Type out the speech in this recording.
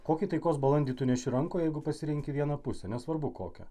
kokį taikos balandį tu neši rankoje jeigu pasirenki vieną pusę nesvarbu kokią